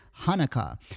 Hanukkah